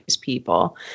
people